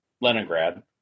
Leningrad